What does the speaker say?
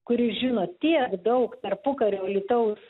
kuri žino tiek daug tarpukario alytaus